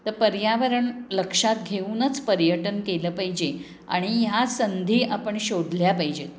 तर पर्यावरण लक्षात घेऊनच पर्यटन केलं पाहिजे आणि ह्या संधी आपण शोधल्या पाहिजे